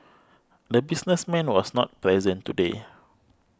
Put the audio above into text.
the businessman was not present today